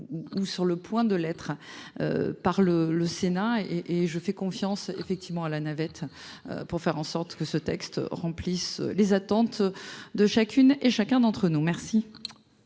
ou sur le point de l'être par le Sénat et je fais confiance effectivement à la navette pour faire en sorte que ce texte remplisse les attentes de chacune et chacun d'entre nous. Merci.